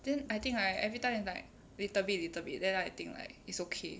then I think like every time is like little bit little bit then I think like it's okay